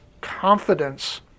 confidence